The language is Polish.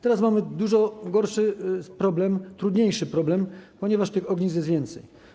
Teraz mamy dużo gorszy problem, trudniejszy problem, ponieważ tych ognisk jest więcej.